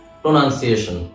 pronunciation